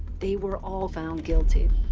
they were all found guilty.